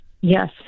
Yes